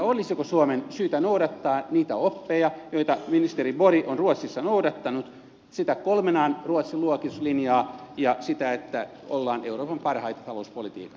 olisiko suomen syytä noudattaa niitä oppeja joita ministeri borg on ruotsissa noudattanut sitä kolmen an ruotsin luokituslinjaa ja sitä että ollaan euroopan parhaita talouspolitiikassa